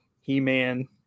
He-Man